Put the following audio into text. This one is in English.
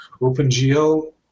OpenGL